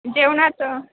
जेवणाचं